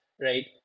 right